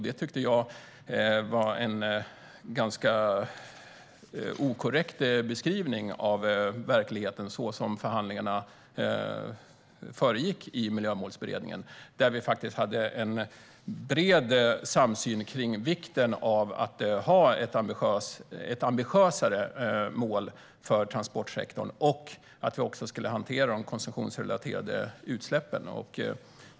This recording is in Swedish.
Det tyckte jag var en ganska inkorrekt beskrivning av verkligheten vad gäller hur förhandlingarna försiggick i Miljömålsberedningen, där vi faktiskt hade en bred samsyn om vikten av att ha ett ambitiösare mål för transportsektorn och att vi också skulle hantera de konsumtionsrelaterade utsläppen.